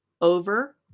over